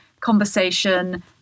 conversation